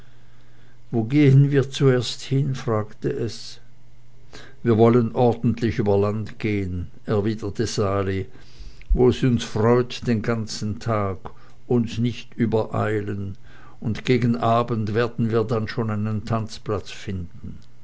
wo gehen wir nun zuerst hin fragte es wir wollen ordentlich über land gehen erwiderte sali wo es uns freut den ganzen tag uns nicht übereilen und gegen abend werden wir dann schon einen tanzplatz finden